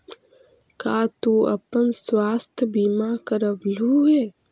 का तू अपन स्वास्थ्य बीमा करवलू हे?